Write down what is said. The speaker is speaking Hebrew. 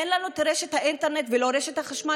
אין לנו את האינטרנט ולא רשת חשמל